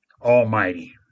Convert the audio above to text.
almighty